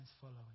following